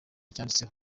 cyanditseho